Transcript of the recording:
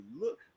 look